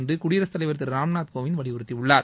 என்று குடியரசுத் தலைவர் திரு ராம்நாத் கோவிந்த் வலியுறுத்தியுள்ளார்